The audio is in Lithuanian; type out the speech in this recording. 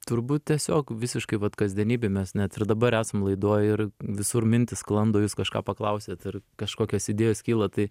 turbūt tiesiog visiškai vat kasdienybėj mes net ir dabar esam laidoj ir visur mintys sklando jūs kažką paklausėt ir kažkokios idėjos kyla tai